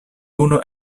unu